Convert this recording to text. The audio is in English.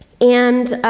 and ah,